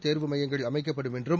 தேர்வு மையங்கள் அமைக்கப்படும் என்றும்